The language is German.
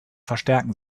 verstärken